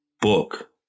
book